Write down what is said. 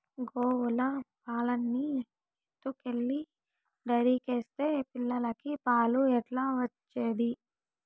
గోవుల పాలన్నీ ఎత్తుకెళ్లి డైరీకేస్తే పిల్లలకి పాలు ఎట్లా వచ్చేది